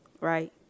right